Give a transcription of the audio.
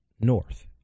North